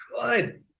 Good